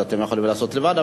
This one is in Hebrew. אז אתם יכולים לעשות את זה לבד,